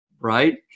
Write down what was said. right